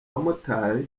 abamotari